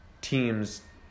teams